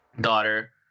daughter